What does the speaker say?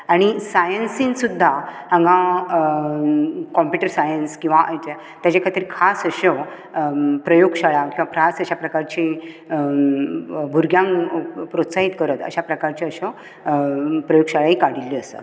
आनी सायन्सीन सुद्दां हांगा कॉंम्प्युटर सायन्स किंवा तेजे खातीर खास अश्यो प्रयोग शाळा किंवा खास अश्या प्रकारची भुरग्यांक प्रोत्साहीत करत अशें प्रकारच्यो अश्यो प्रयोग शाळाय काडिल्यो आसात